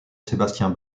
sébastien